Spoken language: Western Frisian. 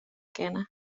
kinne